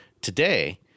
Today